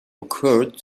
occurred